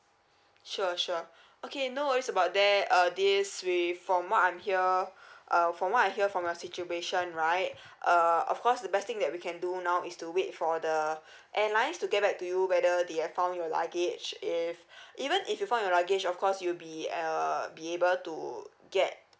sure sure okay no worries about that uh this we from what I'm here uh from what I hear from your situation right uh of course the best thing that we can do now is to wait for the airlines to get back to you whether they had found your luggage if even if you find your luggage of course you'll be uh be able to get